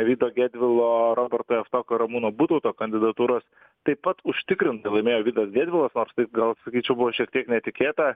vydo gedvilo roberto javtoko ir ramūno butauto kandidatūros taip pat užtikrintai laimėjo vydas gedvilas nors tai gal sakyčiau buvo šiek tiek netikėta